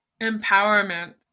empowerment